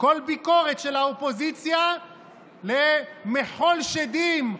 כל ביקורת של האופוזיציה למחול שדים.